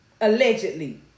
allegedly